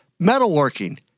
metalworking